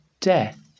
death